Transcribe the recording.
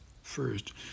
First